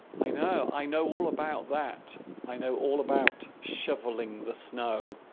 i know i know all about that i know all about shoveling the snow